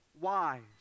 wise